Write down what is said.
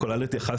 כולל להתייחס